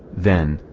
then,